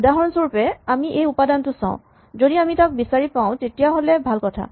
উদাহৰণস্বৰূপে আমি এই উপাদানটো চাওঁ যদি আমি তাক বিচাৰি পাওঁ তেতিয়াহ'লে ভাল কথা